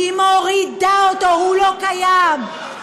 היא מורידה אותו, הוא לא קיים.